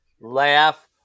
laugh